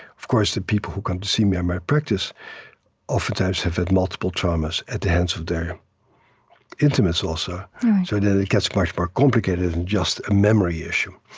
of course, the people who come to see me in my practice oftentimes have had multiple traumas at the hands of their intimates also, so then it gets much more complicated than just a memory issue.